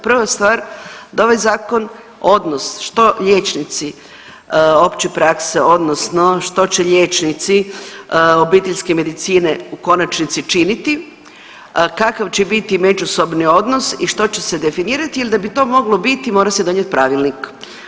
Prva stvar da ovaj zakon odnos što liječnici opće prakse odnosno što će liječnici obiteljske medicine u konačnici činiti, kakav će biti međusobni odnos i što će se definirati jer da bi to moglo biti mora se donijeti pravilnik.